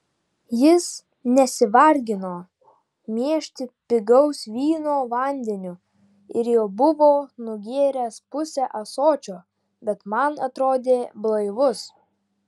jis nesivargino miešti pigaus vyno vandeniu ir jau buvo nugėręs pusę ąsočio bet man atrodė blaivus